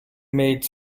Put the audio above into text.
made